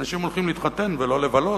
אנשים הולכים להתחתן ולא לבלות.